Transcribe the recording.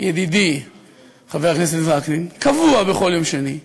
ידידי חבר הכנסת וקנין, קבוע בכל יום שני,